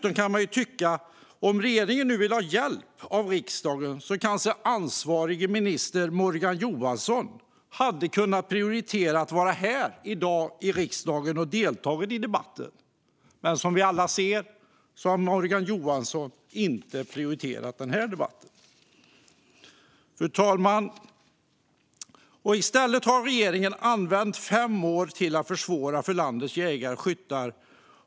Om regeringen nu vill ha hjälp av riksdagen kanske ansvarig minister Morgan Johansson hade kunnat prioritera att vara här i dag i riksdagen och delta i debatten, kan man ju tycka. Men som vi alla ser har Morgan Johansson inte prioriterat den här debatten. Fru talman! I stället har regeringen använt fem år till att försvåra för landets jägare och skyttar.